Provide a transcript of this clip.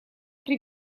при